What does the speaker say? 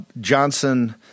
Johnson